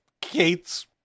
Kate's